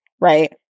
right